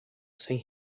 sem